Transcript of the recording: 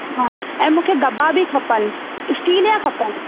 हा ऐं मूंखे दॿा बि खपनि इस्टील जा खपनि